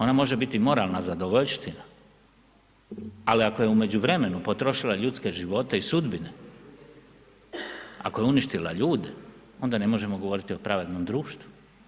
Ona može biti moralna zadovoljština ali ako je u međuvremenu potrošila ljudske živote i sudbine, ako je uništila ljude onda ne možemo govoriti o pravednom društvu.